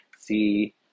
See